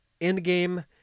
Endgame